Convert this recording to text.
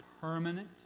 permanent